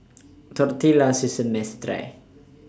Tortillas IS A Miss Try